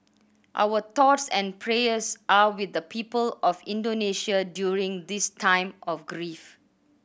our thoughts and prayers are with the people of Indonesia during this time of grief